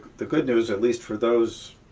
the good news, at least for those